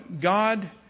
God